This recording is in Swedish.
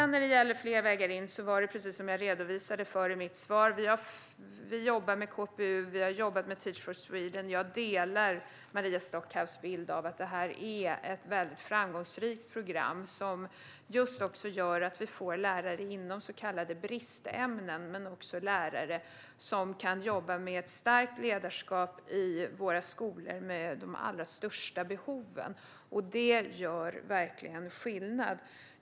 När det gäller fler vägar in jobbar vi, precis som jag redovisade i mitt svar, med KPU och med Teach for Sweden. Jag delar Maria Stockhaus bild av att det här är ett väldigt framgångsrikt program som gör att vi får lärare inom så kallade bristämnen men också lärare som kan jobba med ett starkt ledarskap i de av våra skolor som har de allra största behoven. Det gör verkligen skillnad.